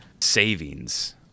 savings